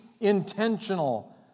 intentional